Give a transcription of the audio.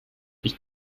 ich